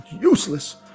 useless